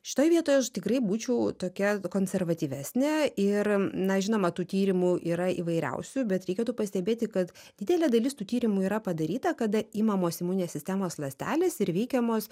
šitoj vietoj aš tikrai būčiau tokia konservatyvesnė ir na žinoma tų tyrimų yra įvairiausių bet reikėtų pastebėti kad didelė dalis tų tyrimų yra padaryta kada imamos imuninės sistemos ląstelės ir veikiamos